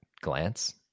glance